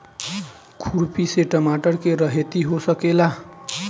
खुरपी से टमाटर के रहेती हो सकेला?